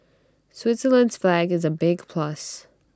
Switzerland's flag is A big plus